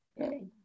okay